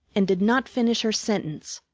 and did not finish her sentence,